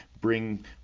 bring